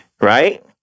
Right